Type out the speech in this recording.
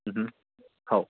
अं हं हो